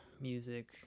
music